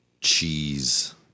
cheese